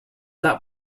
that